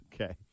Okay